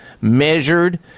measured